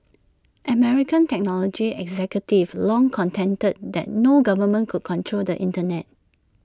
American technology executives long contended that no government could control the Internet